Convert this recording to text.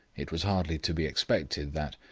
it was hardly to be expected that,